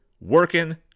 working